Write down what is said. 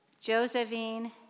Josephine